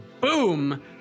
boom